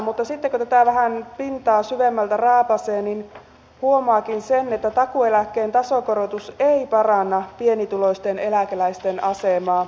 mutta sitten kun tätä vähän pintaa syvemmältä raapaisee huomaakin että takuueläkkeen tasokorotus ei paranna pienituloisten eläkeläisten asemaa